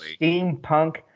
steampunk